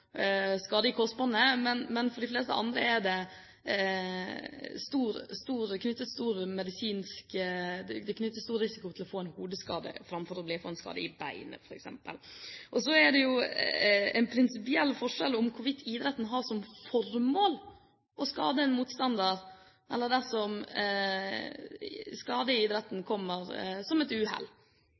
i korsbåndet, men for de fleste andre er det knyttet stor risiko til det å få en hodeskade framfor å få en skade i beinet, f.eks. Og så er det jo en prinsipiell forskjell på hvorvidt idretten har som formål å skade en motstander eller om idrettsskaden kommer som følge av et uhell. Jeg mener opposisjonen i denne debatten bagatelliserer motstanden i det